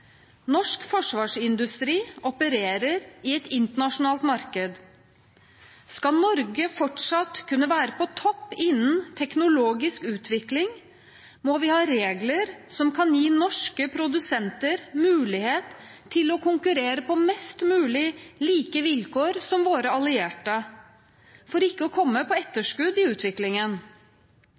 Norsk forsvarsindustri opererer i et internasjonalt marked. Skal Norge fortsatt kunne være på topp innen teknologiutvikling, må vi ha regler som kan gi norske produsenter mulighet til å konkurrere på mest mulig like vilkår som våre allierte, for ikke å komme på etterskudd i utviklingen.